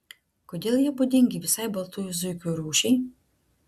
kodėl jie būdingi visai baltųjų zuikių rūšiai